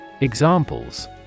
Examples